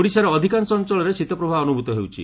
ଓଡ଼ିଶାର ଅଧିକାଂଶ ଅଞ୍ଚଳରେ ଶୀତ ପ୍ରବାହ ଅନୁଭୂତ ହେଉଛି